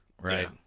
Right